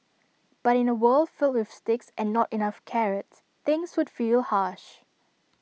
but in A world filled with sticks and not enough carrots things would feel harsh